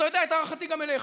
ואתה יודע את הערכתי גם אליך,